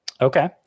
Okay